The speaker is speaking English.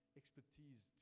expertise